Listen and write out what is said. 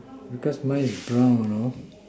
because mine is brown you know